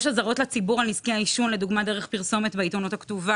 יש אזהרות לציבור על נזקי העישון לדוגמה דרך פרסומת בעיתונות הכתובה,